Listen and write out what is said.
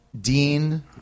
Dean